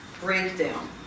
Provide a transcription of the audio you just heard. breakdown